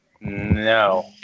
No